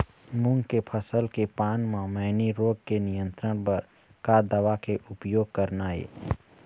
मूंग के फसल के पान म मैनी रोग के नियंत्रण बर का दवा के उपयोग करना ये?